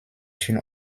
une